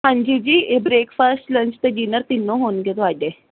ਹਾਂਜੀ ਜੀ ਇਹ ਬ੍ਰੇਕਫਾਸਟ ਲੰਚ ਤੇ ਡਿਨਰ ਤਿੰਨ ਹੋਣਗੇ ਤੁਹਾਡੇ